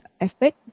effort